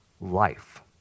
life